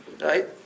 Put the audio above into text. right